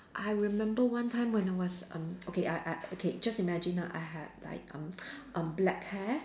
I remember one time when I was um okay I I okay just imagine ah I had like um um black hair